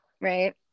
Right